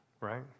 right